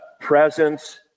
presence